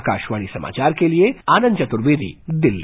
आकाशवाणी समाचार के लिए आनंद चतुर्वेदी दिल्ली